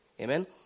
Amen